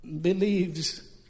believes